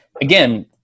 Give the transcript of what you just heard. again